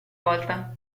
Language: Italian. volta